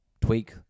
tweak